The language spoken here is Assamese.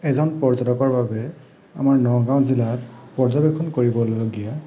এজন পৰ্যটকৰ বাবে আমাৰ নগাওঁ জিলাত পৰ্যবেক্ষণ কৰিবলগীয়া